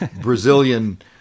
Brazilian